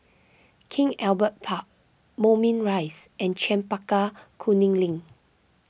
King Albert Park Moulmein Rise and Chempaka Kuning Link